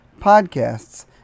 podcasts